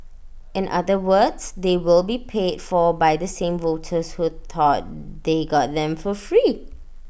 in other words they will be paid for by the same voters who thought they got them for free